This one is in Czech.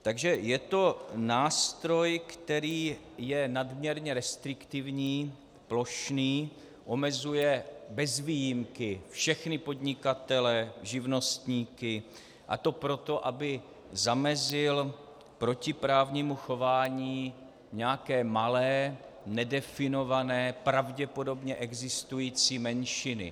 Takže je to nástroj, který je nadměrně restriktivní, plošný, omezuje bez výjimky všechny podnikatele, živnostníky, a to proto, aby zamezil protiprávnímu chování nějaké malé, nedefinované, pravděpodobně existující menšiny.